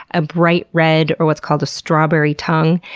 a bright red or what's called a strawberry tongue,